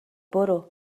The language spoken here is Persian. برو